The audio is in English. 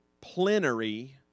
plenary